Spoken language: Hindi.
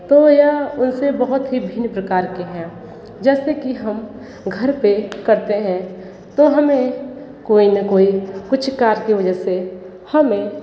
तो यह उनसे बहुत ही भिन्न प्रकार के हैं जैसे कि हम घर पे करते हैं तो हमें कोई ना कोई कुछ कार्य के वजह से हमें